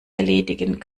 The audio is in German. erledigen